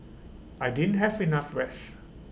I didn't have enough rest